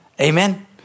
Amen